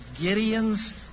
Gideon's